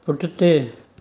पुठिते